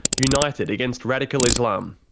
united against radical islam.